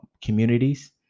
communities